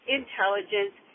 intelligence